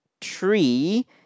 tree